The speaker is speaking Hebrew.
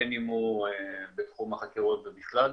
בין אם הוא בתחום החקירות ובכלל,